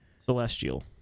Celestial